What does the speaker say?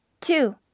Two